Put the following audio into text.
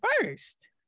first